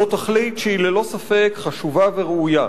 זו תכלית שהיא ללא ספק חשובה וראויה.